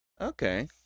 Okay